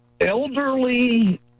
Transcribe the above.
elderly